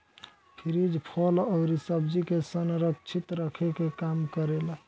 fridge फल अउरी सब्जी के संरक्षित रखे के काम करेला